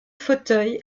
fauteuil